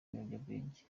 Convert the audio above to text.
ibiyobyabwenge